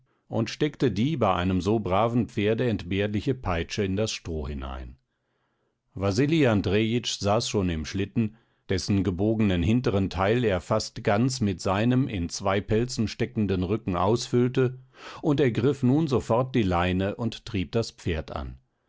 und steckte die bei einem so braven pferde entbehrliche peitsche in das stroh hinein wasili andrejitsch saß schon im schlitten dessen gebogenen hinteren teil er fast ganz mit seinem in zwei pelzen steckenden rücken ausfüllte und ergriff nun sofort die leine und trieb das pferd an